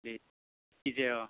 दे जिखिजाया